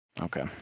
Okay